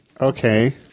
Okay